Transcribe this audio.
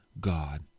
God